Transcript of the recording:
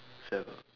seven